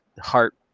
heart